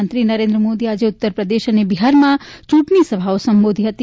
પ્રધાનમંત્રી નરેન્દ્ર મોદી આજે ઉત્તર પ્રદેશ અને બિહારમાં ચુંટણી સભાઓને સંબોધી હતી